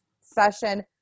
session